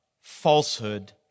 falsehood